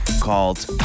called